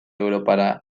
europara